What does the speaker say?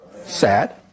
sad